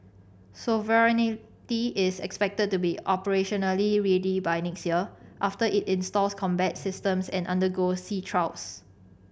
sovereignty is expected to be operationally ready by next year after it installs combat systems and undergoes sea trials